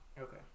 Okay